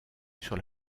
sur